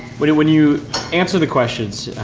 when you when you answer the questions,